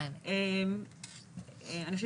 אני חושבת